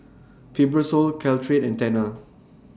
Fibrosol Caltrate and Tena